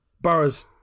Borough's